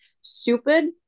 stupid